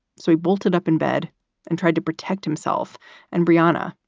so he bolted up in bed and tried to protect himself and brianna,